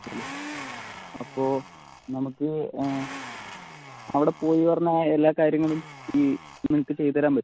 അപ്പോൾ നമുക്ക് അവിടെ പോയീന്നു പറഞ്ഞാൽ എല്ലാ കാര്യങ്ങളും ഈ നിങ്ങൾക്ക് ചെയ്ത് തരാൻ പറ്റുമോ